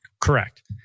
Correct